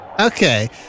Okay